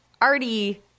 arty